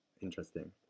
interesting